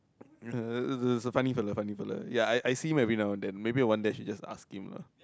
ya it was a funny fellow funny fellow ya I I see him every now and then maybe one day I should just ask him ah